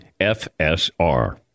FSR